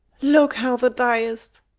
look how thou diest.